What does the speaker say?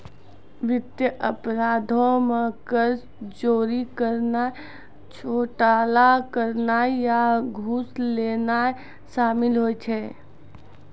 वित्तीय अपराधो मे कर चोरी करनाय, घोटाला करनाय या घूस लेनाय शामिल होय छै